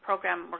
Program